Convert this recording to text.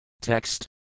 Text